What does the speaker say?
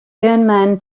gunman